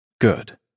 Good